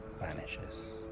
vanishes